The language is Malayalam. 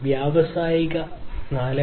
വ്യവസായ 4